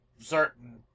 certain